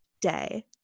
day